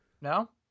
No